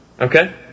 Okay